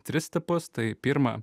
tris tipus tai pirma